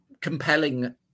compelling